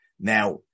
Now